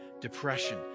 depression